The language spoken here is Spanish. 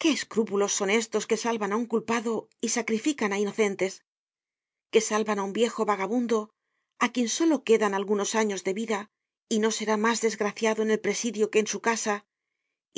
qué escrúpulos son estos que salvan á un culpado y sacrifican á inocentes que salvan á un viejo vagabundo á quien solo quedan algunos años de vida y no será mas desgraciado en el presidio que en su casa